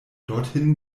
dorthin